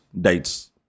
dates